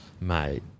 mate